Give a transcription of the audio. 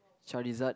Charizard